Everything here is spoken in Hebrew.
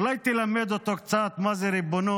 אולי תלמד אותו קצת מה זה ריבונות,